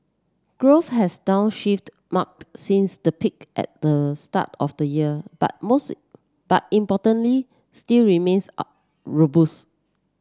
growth has downshifted mark since the peak at the start of the year but but importantly still remains robust